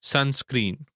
Sunscreen